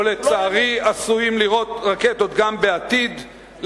ולצערי, עשויים לירות רקטות גם בעתיד.